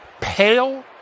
pale